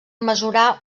mesurar